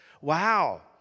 wow